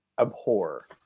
abhor